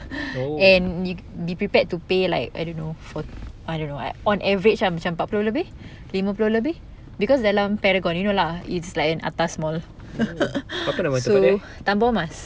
and be be prepared to pay like I don't know for~ I don't know I on average lah macam empat puluh lebih lima puluh lebih because dalam paragon you know lah it's an atas mall so tambuah mas